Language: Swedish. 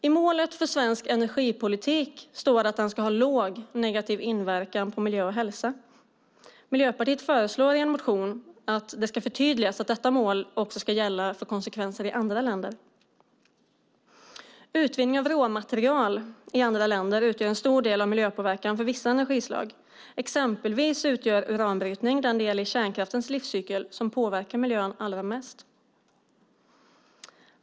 I målet för svensk energipolitik står att den ska ha låg negativ inverkan på miljö och hälsa. Miljöpartiet föreslår i en motion att det ska förtydligas att detta mål också ska gälla för konsekvenser i andra länder. Utvinning av råmaterial i andra länder utgör en stor del av miljöpåverkan för vissa energislag. Uranbrytning utgör till exempel den del i kärnkraftens livscykel som påverkar miljön allra mest.